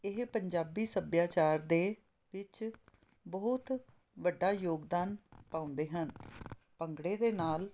ਇਹ ਪੰਜਾਬੀ ਸੱਭਿਆਚਾਰ ਦੇ ਵਿੱਚ ਬਹੁਤ ਵੱਡਾ ਯੋਗਦਾਨ ਪਾਉਂਦੇ ਹਨ ਭੰਗੜੇ ਦੇ ਨਾਲ